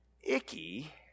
icky